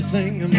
sing